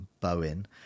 Bowen